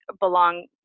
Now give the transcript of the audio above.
belong